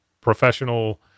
professional